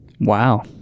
Wow